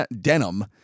denim